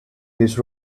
this